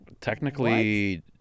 Technically